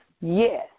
Yes